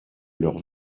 leur